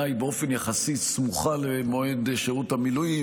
היא באופן יחסי סמוכה למועד שירות המילואים.